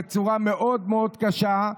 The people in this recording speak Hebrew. בצורה מאוד מאוד קשה,